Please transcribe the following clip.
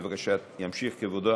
בבקשה, ימשיך, כבודו.